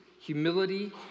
humility